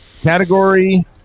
category